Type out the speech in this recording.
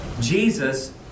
Jesus